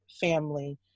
family